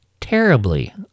terribly